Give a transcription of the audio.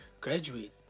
graduate